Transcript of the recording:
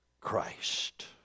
Christ